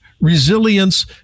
resilience